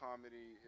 Comedy